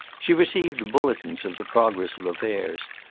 she received bulletins of the progress of affairs.